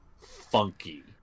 funky